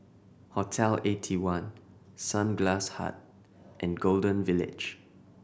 Hotel Eighty one Sunglass Hut and Golden Village